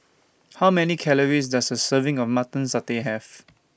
How Many Calories Does A Serving of Mutton Satay Have